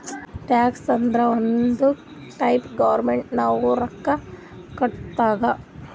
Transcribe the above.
tax ಅಂದುರ್ ಒಂದ್ type government ನಾವು ರೊಕ್ಕಾ ಕೊಟ್ಟಂಗ್